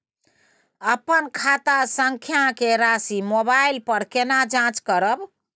अपन खाता संख्या के राशि मोबाइल पर केना जाँच करब?